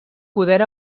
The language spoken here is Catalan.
poder